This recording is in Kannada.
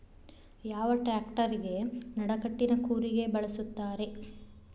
ಯಾವ ಟ್ರ್ಯಾಕ್ಟರಗೆ ನಡಕಟ್ಟಿನ ಕೂರಿಗೆ ಬಳಸುತ್ತಾರೆ?